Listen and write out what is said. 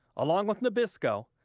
along with nabisco,